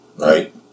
right